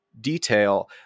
detail